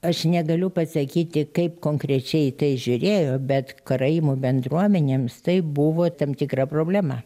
aš negaliu pasakyti kaip konkrečiai į tai žiūrėjo bet karaimų bendruomenėms tai buvo tam tikra problema